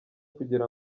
kugira